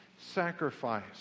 sacrifice